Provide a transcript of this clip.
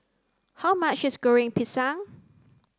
how much is Goreng Pisang